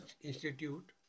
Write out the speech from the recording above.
Institute